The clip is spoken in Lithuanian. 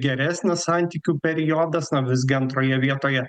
geresnis santykių periodas na visgi antroje vietoje